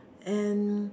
and